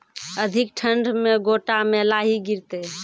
अधिक ठंड मे गोटा मे लाही गिरते?